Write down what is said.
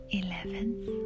eleventh